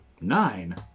Nine